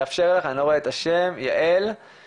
למשתמשים יש זכות לקבל תוצרת